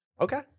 okay